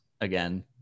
again